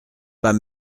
pas